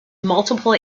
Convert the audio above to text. multiple